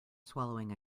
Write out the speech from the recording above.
swallowing